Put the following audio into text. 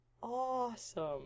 awesome